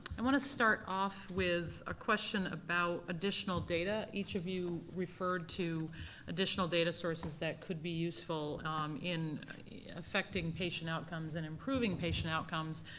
i wanna start off with a question about additional data. each of you referred to additional data sources that could be useful in affecting patient outcomes and improving patient outcomes.